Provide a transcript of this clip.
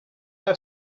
have